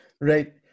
right